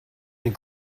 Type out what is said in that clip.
and